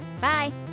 Bye